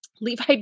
Levi